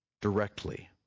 directly